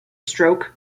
stroke